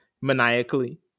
maniacally